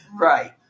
Right